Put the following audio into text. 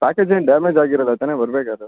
package ಏನು damage ಆಗಿರೋಲ್ಲ ತಾನೇ ಬರಬೇಕಾದ್ರೆ